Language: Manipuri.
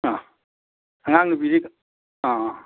ꯑꯥ ꯑꯉꯥꯡ ꯅꯨꯕꯤꯗꯤ ꯑꯥ